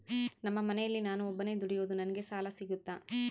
ನಮ್ಮ ಮನೆಯಲ್ಲಿ ನಾನು ಒಬ್ಬನೇ ದುಡಿಯೋದು ನನಗೆ ಸಾಲ ಸಿಗುತ್ತಾ?